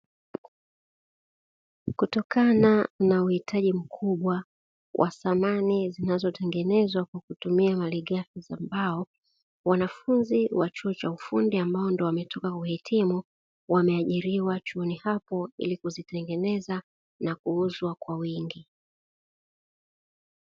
Kutokana na uhitaji mkubwa wa samani zinazotengenezwa kwa kutumia malighafi za mbao. Wanafunzi wa chuo cha ufundi ambao ndo wametoka kuhitimu, wameajiriwa chuoni hapo ili kutengeneza na kuuzwa kwa wingi.